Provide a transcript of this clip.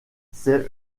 c’est